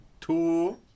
Two